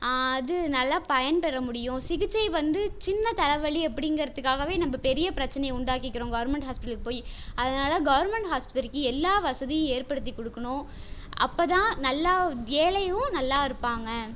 அது நல்லா பயன்பெற முடியும் சிகிச்சை வந்து சின்ன தலைவலி அப்படிங்கிறதுக்காகவே நம்ம பெரிய பிரச்சினைய உண்டாக்கிக்கிறோம் கவர்மெண்ட் ஹாஸ்பிட்டலுக்கு போய் அதனால் கவர்மெண்ட் ஆஸ்பத்திரிக்கு எல்லா வசதியும் ஏற்படுத்தி கொடுக்கணும் அப்போதான் நல்லா ஏழையும் நல்லாருப்பாங்கள்